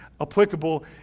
applicable